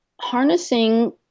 harnessing